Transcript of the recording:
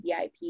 VIP